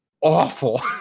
awful